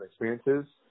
experiences